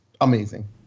amazing